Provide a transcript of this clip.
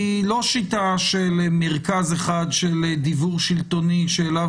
היא לא שיטה של מרכז אחד של דיוור שלטוני שאליו